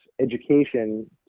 education